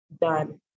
done